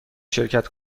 شرکت